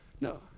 no